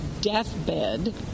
deathbed